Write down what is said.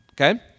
Okay